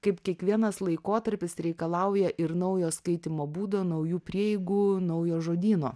kaip kiekvienas laikotarpis reikalauja ir naujo skaitymo būdo naujų prieigų naujo žodyno